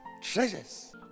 treasures